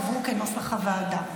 כנוסח הוועדה,